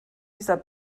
dieser